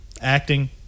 acting